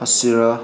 ꯑꯁꯤꯔ